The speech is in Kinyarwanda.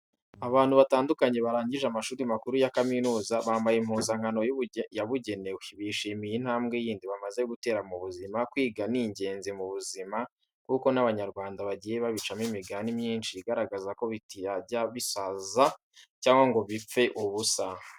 Abantu batandukanye barangije amashuri makuru ya kaminuza bambaye impuzankano yabugenewe, bishimiye intambwe yindi bamaze gutera mu buzima. Kwiga ni ingenzi mu buzima kuko n'Abanyarwanda bagiye babicamo imigani myinshi igaragaza ko bitajya bisaza cyangwa ngo bipfe ubusa.